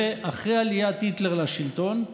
ואחרי עליית היטלר לשלטון,